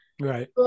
right